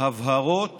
הבהרות